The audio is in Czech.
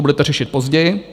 budete řešit později.